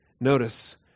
Notice